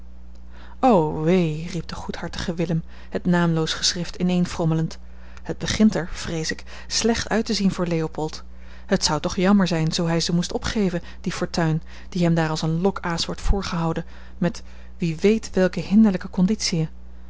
o wee riep de goedhartige willem het naamloos geschrift ineenfrommelend het begint er vrees ik slecht uit te zien voor leopold het zou toch jammer zijn zoo hij ze moest opgeven die fortuin die hem daar als een lokaas wordt voorgehouden met wie weet welke hinderlijke conditiën